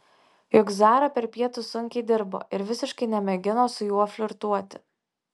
juk zara per pietus sunkiai dirbo ir visiškai nemėgino su juo flirtuoti